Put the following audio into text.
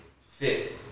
fit